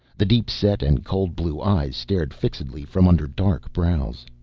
the deep-set and cold blue eyes stared fixedly from under dark brows.